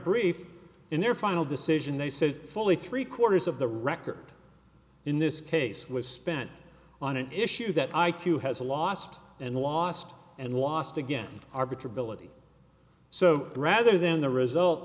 brief in their final decision they said fully three quarters of the record in this case was spent on an issue that i q has lost and lost and lost again arbiter ability so rather than the result